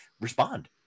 respond